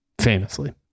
Famously